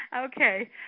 okay